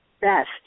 best